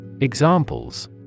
Examples